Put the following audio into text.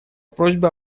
просьба